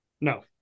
No